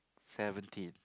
seventeen